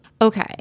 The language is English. okay